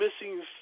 Missing